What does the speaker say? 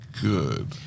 Good